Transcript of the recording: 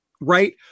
Right